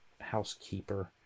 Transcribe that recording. Housekeeper